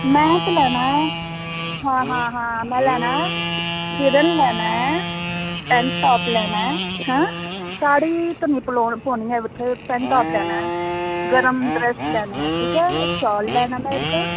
में ते लैना हां हां में लैना सिर्फ लैना ऐ पैंट टॉप लैना ऐ साढ़ी ते निं पौनी ऐ पैंट टॉप लैना ऐ गरम ड्रैस लैने ते शॉल लैना में इक्क